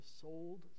sold